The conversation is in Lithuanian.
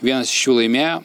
vienas iš jų laimėjo